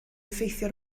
effeithio